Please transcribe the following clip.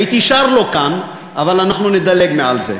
הייתי שר לו כאן, אבל אנחנו נדלג מעל זה.